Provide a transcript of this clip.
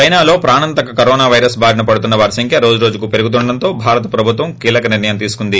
చైనాలో ప్రాణంతక coronavirus బారిన పడుతున్న వారి సంఖ్య రోజురోజుకు పెరుగుతుండటంతో భారత ప్రభుత్వం కీలక నిర్లయం తీసుకుంది